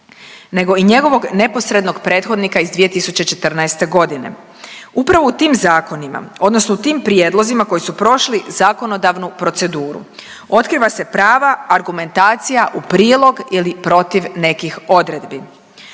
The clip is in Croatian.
nego i njegovog neposrednog prethodnika iz 2014. godine. Upravo u tim zakonima, odnosno u tim prijedlozima koji su prošli zakonodavnu proceduru otkriva se prava argumentacija u prilog ili protiv nekih odredbi.